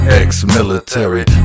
ex-military